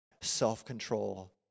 self-control